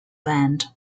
band